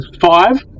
five